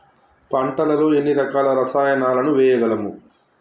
పంటలలో ఎన్ని రకాల రసాయనాలను వేయగలము?